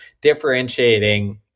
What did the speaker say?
differentiating